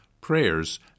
prayers